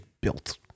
built